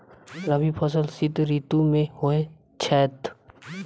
रबी फसल शीत ऋतु मे होए छैथ?